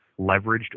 leveraged